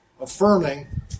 affirming